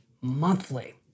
monthly